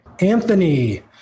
Anthony